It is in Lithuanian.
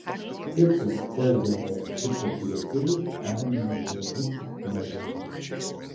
kitas pezaro ekipos lietuvis arminas urbutis nežaidė